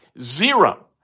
Zero